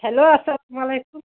hello اَسلام علیکُم